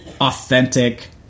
authentic